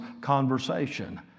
conversation